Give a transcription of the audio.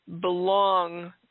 belong